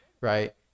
right